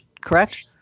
correct